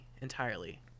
entirely